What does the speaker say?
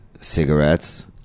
cigarettes